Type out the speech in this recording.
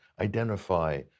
identify